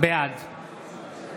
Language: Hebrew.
בעד